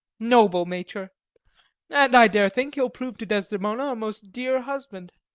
noble nature and, i dare think, he'll prove to desdemona a most dear husband.